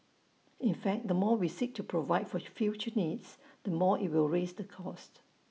in fact the more we seek to provide for future needs the more IT will raise the cost